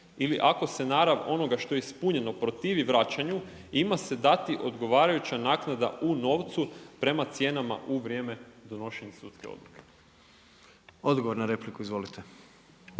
ili ako se narav onoga što je ispunjeno protivi vraćanju, ima se dati odgovarajuća naknada u novcu prema cijenama u vrijeme donošenja sudske odluke.“ **Jandroković,